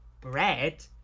bread